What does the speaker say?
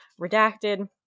redacted